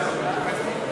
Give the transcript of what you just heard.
התקבלה.